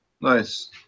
Nice